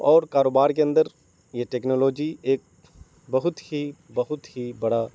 اور کاروبار کے اندر یہ ٹیکنالوجی ایک بہت ہی بہت ہی بڑا